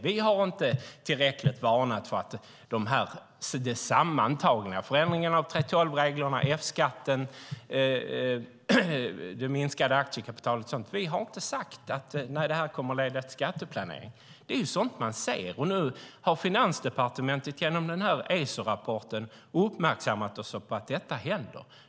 Vi har inte varnat tillräckligt för att de sammantagna förändringarna av 3:12-reglerna, F-skatten och det minskade aktiekapitalet kommer att leda till skatteplanering. Det är sådant man ser. Nu har Finansdepartementet genom Esorapporten uppmärksammats på att detta händer.